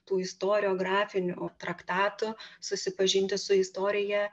tų istoriografinių traktatų susipažinti su istorija